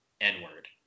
n-word